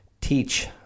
teach